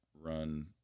run